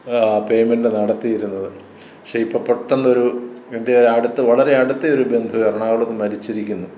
payment നടത്തിയിരുന്നത് പക്ഷേ ഇപ്പോൾ പെട്ടെന്നൊരു എൻ്റെ അടുത്ത വളരെ അടുത്ത ഒരു ബന്ധു എറണാകുളത്ത് മരിച്ചിരിക്കുന്നു